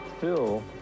Phil